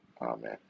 Amen